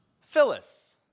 Phyllis